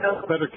better